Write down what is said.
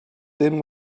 thin